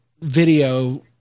video